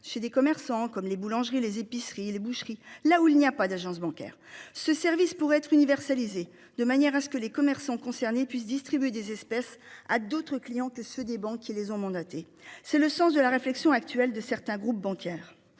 chez des commerçants comme les boulangeries les épiceries et les boucheries là où il n'y a pas d'agence bancaire. Ce service pourrait être universaliser de manière à ce que les commerçants concernés puissent distribuer des espèces à d'autres clients que ceux des banques qui les ont mandaté c'est le sens de la réflexion actuelle de certains groupes bancaires.